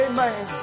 Amen